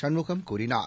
சண்முகம் கூறினார்